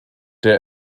der